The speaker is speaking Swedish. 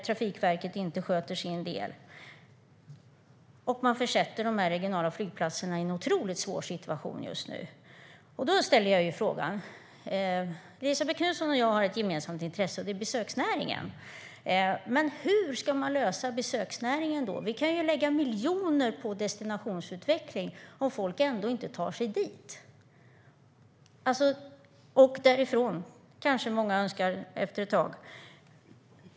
Trafikverket sköter inte sin del. De regionala flygplatserna försätts i en otroligt svår situation just nu. Elisabet Knutsson och jag har ett gemensamt intresse, nämligen besöksnäringen. Men hur ska besöksnäringens problem lösas? Vi kan lägga miljoner på destinationsutveckling om folk ändå inte tar sig dit - och därifrån, kanske många önskar efter ett tag.